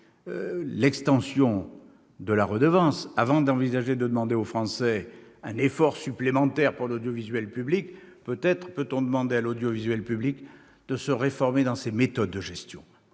l'extension de la redevance, avant de demander aux Français un effort supplémentaire pour l'audiovisuel public, peut-être peut-on demander à celui-ci de réformer ses méthodes de gestion,